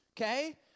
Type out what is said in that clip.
okay